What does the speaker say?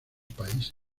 países